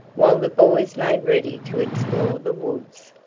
while the boys made ready to explore the woods.